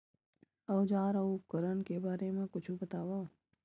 औजार अउ उपकरण के बारे मा कुछु बतावव?